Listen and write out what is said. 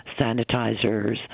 sanitizers